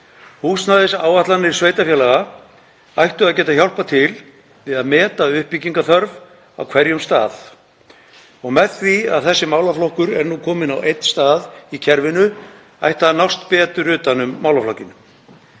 Húsnæðisáætlanir sveitarfélaga ættu að geta hjálpað til við að meta uppbyggingarþörf á hverjum stað og með því að þessi málaflokkur er nú kominn á einn stað í kerfinu ætti að nást betur utan um málaflokkinn.